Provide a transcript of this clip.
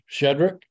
Shedrick